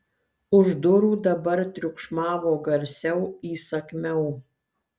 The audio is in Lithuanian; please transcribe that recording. už durų dabar triukšmavo garsiau įsakmiau